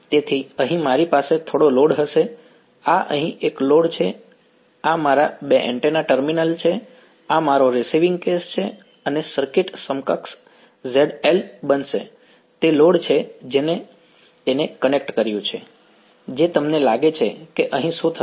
તેથી અહીં મારી પાસે થોડો લોડ હશે આ અહીં એક લોડ છે આ મારા બે એન્ટેના ટર્મિનલ છે આ મારો રીસિવિંગ કેસ છે અને સર્કિટ સમકક્ષ ZL બનશે તે લોડ છે જેણે તેને કનેક્ટ કર્યું છે જે તમને લાગે છે કે અહીં શું થશે